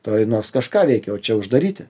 turi nors kažką veikia o čia uždaryti